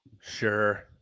Sure